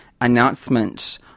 announcement